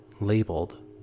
labeled